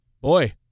boy